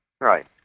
Right